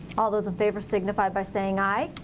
all those in favor signify by saying aye.